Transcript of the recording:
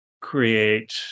create